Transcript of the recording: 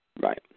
Right